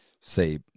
say